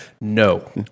No